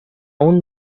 aún